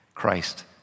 Christ